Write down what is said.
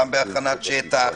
גם בהכנת שטח,